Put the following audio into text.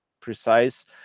precise